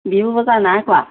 বিহু বজাৰ নাই কৰা